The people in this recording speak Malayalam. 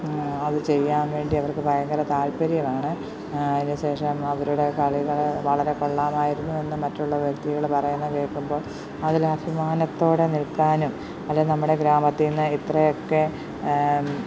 അവർ ചെയ്യാൻ വേണ്ടി അവർക്ക് ഭയങ്കര താല്പര്യമാണ് അതിന് ശേഷം അവരുടെ കളികൾ വളരെ കൊള്ളാമായിരുന്നു എന്ന് മറ്റുള്ള വ്യക്തികൾ പറയുന്ന കേൾക്കുമ്പോൾ അതിൽ അഭിമാനത്തോടെ നിൽക്കാനും അതിന് നമ്മുടെ ഗ്രാമത്തിൽ നിന്ന് എത്രയൊക്കെ